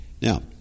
Now